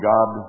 God